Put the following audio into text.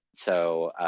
so